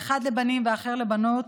האחד לבנים והאחר לבנות,